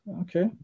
Okay